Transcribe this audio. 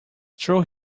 true